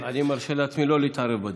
אני מרשה לעצמי לא להתערב בדיון.